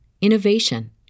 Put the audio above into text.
innovation